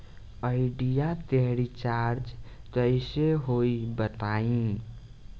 Idea के recharge कइसे होई बताईं?